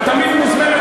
את תמיד מוזמנת,